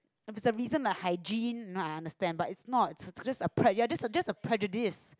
if the reason like hygiene know i understand but is not is just a pre~ just a just a prejudices